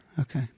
okay